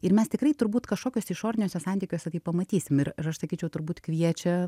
ir mes tikrai turbūt kažkokiuose išoriniuose santykiuose tai pamatysim ir ir aš sakyčiau turbūt kviečia